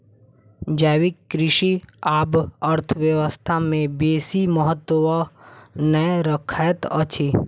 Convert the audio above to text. जैविक कृषि आब अर्थव्यवस्था में बेसी महत्त्व नै रखैत अछि